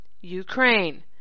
Ukraine